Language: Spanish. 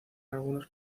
algunos